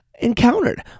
encountered